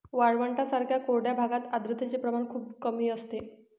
वाळवंटांसारख्या कोरड्या भागात आर्द्रतेचे प्रमाण खूपच कमी असते